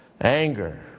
Anger